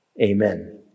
amen